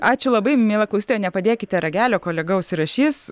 ačiū labai miela klausytoja nepadėkite ragelio kolega užsirašys